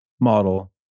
model